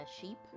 sheep